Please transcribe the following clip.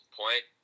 point